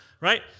right